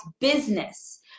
business